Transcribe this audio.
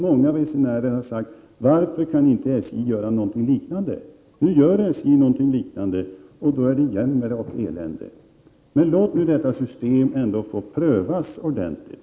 Många resenärer har sagt: Varför kan inte SJ göra något liknande? Nu gör SJ något liknande, och då är det jämmer och elände. Låt nu detta system få prövas ordentligt!